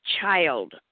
child